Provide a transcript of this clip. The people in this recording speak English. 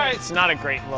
it's not a great